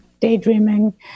daydreaming